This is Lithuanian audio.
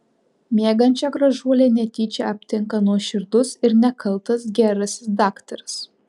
miegančią gražuolę netyčia aptinka nuoširdus ir nekaltas gerasis daktaras